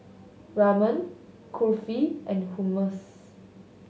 Ramen Kulfi and Hummus